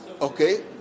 okay